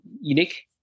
unique